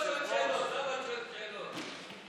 את שואלת שאלות?